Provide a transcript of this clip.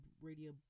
radio